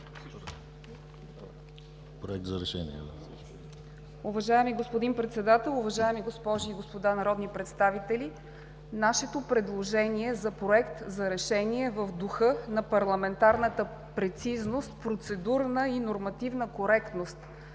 Проект за решение.